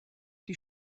die